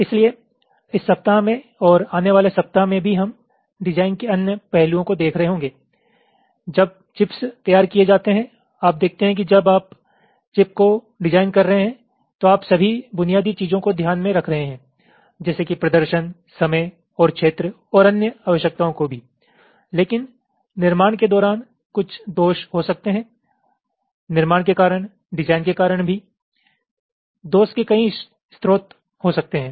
इसलिए इस सप्ताह में और आने वाले सप्ताह में भी हम डिजाइन के अन्य पहलुओं को देख रहे होंगे जब चिप्स तैयार किए जाते हैं आप देखते हैं कि जब आप चिप को डिजाइन कर रहे हैं तो आप सभी बुनियादी चीजों को ध्यान में रख रहे हैं जैसे कि प्रदर्शन समय और क्षेत्र और अन्य आवश्यकताओं को भी लेकिन निर्माण के दौरान कुछ दोष हो सकते हैं निर्माण के कारण डिजाइन के कारण भी दोष के कई स्रोत हो सकते हैं